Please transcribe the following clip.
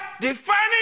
defining